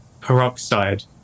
peroxide